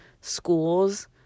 schools